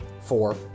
four